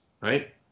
right